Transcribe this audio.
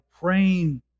praying